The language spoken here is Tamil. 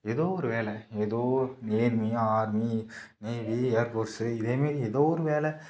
ஏதோ ஒரு வேலை ஏதோ நேர்மி ஆர்மி நேவி ஏர்ஃபோர்ட்ஸு இதே மாரி எதோ ஒரு வேலை